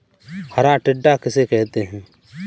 हरा टिड्डा किसे कहते हैं?